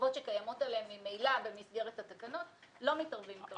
לחובות שקיימות עליהם ממילא במסגרת התקנות לא מתערבים כרגע.